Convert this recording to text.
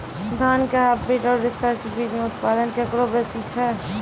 धान के हाईब्रीड और रिसर्च बीज मे उत्पादन केकरो बेसी छै?